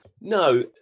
No